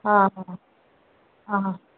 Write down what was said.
ಹಾಂ ಹಾಂ